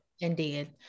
Indeed